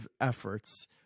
efforts